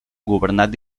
governat